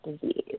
disease